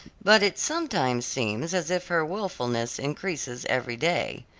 but it sometimes seems as if her wilfulness increases every day.